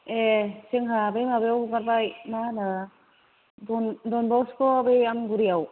ए जोंहा बै माबायाव हगारबाय मा होनो डन डनबस्क' बे आमगुरियाव